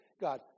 God